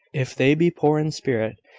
if they be poor in spirit,